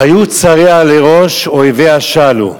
היו צריה לראש, אויביה שָלו.